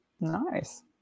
Nice